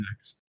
next